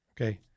Okay